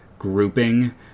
grouping